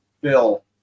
Bill